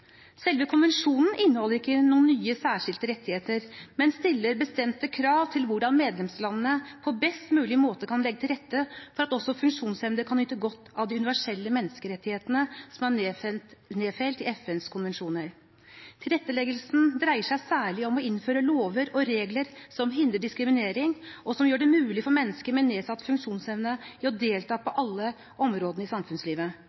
Selve konvensjonen inneholder ikke noen nye særskilte rettigheter, men stiller bestemte krav til hvordan medlemslandene på best mulig måte kan legge til rette for at også funksjonshemmede kan nyte godt av de universelle menneskerettighetene som er nedfelt i FNs konvensjoner. Tilretteleggelsen dreier seg særlig om å innføre lover og regler som hindrer diskriminering, og som gjør det mulig for mennesker med nedsatt funksjonsevne å delta på alle områdene i samfunnslivet,